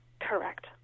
Correct